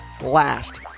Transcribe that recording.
last